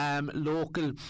Local